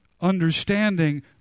understanding